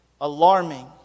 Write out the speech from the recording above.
alarming